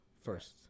First